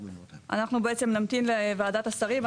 אנחנו נמתין לוועדת השרים,